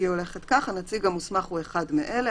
היא כך: הנציג המוסמך הוא אחד מאלה,